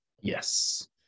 yes